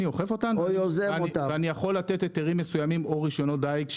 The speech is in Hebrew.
אני אוכף אותן ואני יכול לתת היתרים מסוימים או רישיונות דיג.